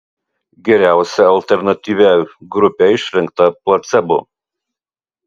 geriausia alternatyvia grupe išrinkta placebo